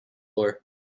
floor